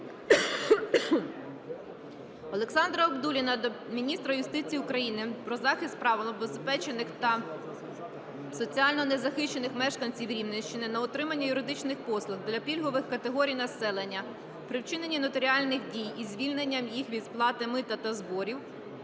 Олександра Абдулліна до міністра юстиції України про захист прав малозабезпечених та соціально незахищених мешканців Рівненщини на отримання юридичних послуг для пільгових категорій населення при вчиненні нотаріальних дій (із звільненням їх від сплати мита та зборів)